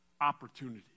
opportunity